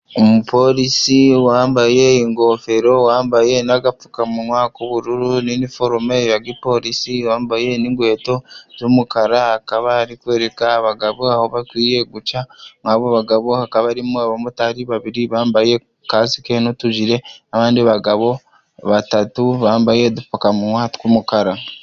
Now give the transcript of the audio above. Umuporisi wambaye ingofero，wambaye n'agapfukamunwa k'ubururu，n’iniforume ya giporisi，wambaye n’ingweto z'umukara，akaba ari kwereka abagabo aho bakwiye guca，mu abo bagabo hakaba barimo abamotari babiri bambaye kasike n'utujire， abandi bagabo batatu bambaye udupfukamunwa tw'umukara.